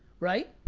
right?